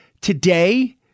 Today